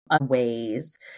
ways